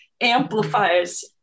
amplifies